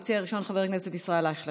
המציע הראשון, חבר הכנסת אייכלר.